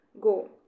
go